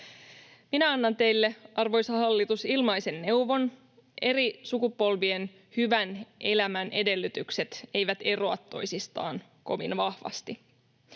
Minä annan teille, arvoisa hallitus, ilmaisen neuvon: Eri sukupolvien hyvän elämän edellytykset eivät eroa toisistaan kovin vahvasti.